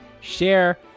share